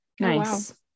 Nice